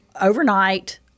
overnight